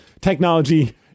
Technology